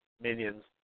minions